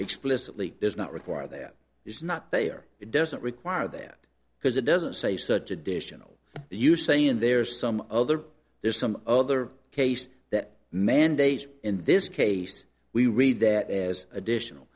explicitly does not require that it's not they are it doesn't require that because it doesn't say such additional you saying there's some other there's some other case that mandates in this case we read that as additional